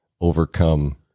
overcome